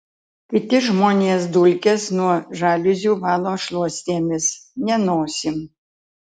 kiti žmonės dulkes nuo žaliuzių valo šluostėmis ne nosim